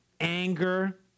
anger